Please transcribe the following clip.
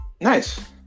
Nice